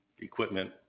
equipment